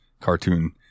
cartoon